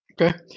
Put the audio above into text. Okay